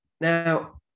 now